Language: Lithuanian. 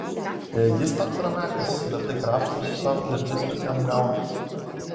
jis toks ramiakas lėtai krapštosi sau ir viskas jam gaunasi